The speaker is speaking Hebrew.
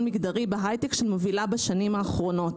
מגדרי בהיי-טק שמובילה בשנים האחרונות.